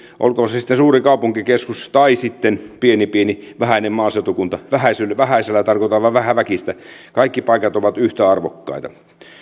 suuri kaupunkikeskus tai sitten pienen pieni vähäinen maaseutukunta vähäisellä vähäisellä tarkoitan vain vähäväkistä kaikki paikat ovat yhtä arvokkaita